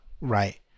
right